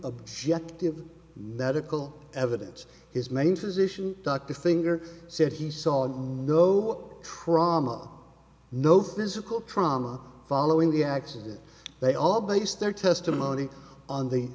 objective medical evidence his main physician dr thinker said he saw no trauma no physical trauma following the accident they all based their testimony on the